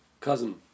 cousin